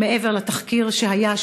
מעבר לתחקיר שהיה,